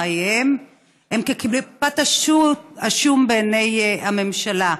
חייהם הם כקליפת השום בעיני הממשלה.